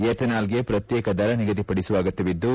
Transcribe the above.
ಎಥೆನಾಲ್ಗೆ ಪ್ರತ್ಯೇಕ ದರ ನಿಗದಿಪಡಿಸುವ ಅಗತ್ಯವಿದ್ದು